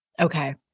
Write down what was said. Okay